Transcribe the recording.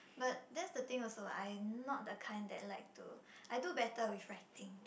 but that's the thing also I'm not the kind that like to I do better with writing